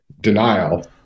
denial